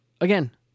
Again